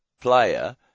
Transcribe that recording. player